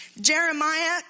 Jeremiah